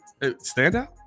Standout